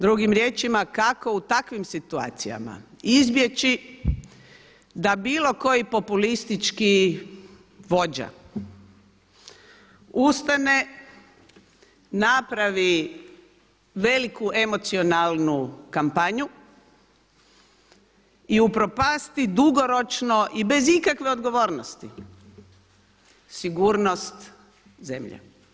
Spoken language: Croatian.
Drugim riječima kako u takvim situacijama izbjeći da bilo koji populistički vođa ustane, napravi veliku emocionalnu kampanju i upropasti dugoročno i bez ikakve odgovornosti sigurnost zemlje.